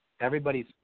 everybody's